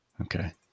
Okay